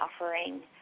offering